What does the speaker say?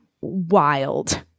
wild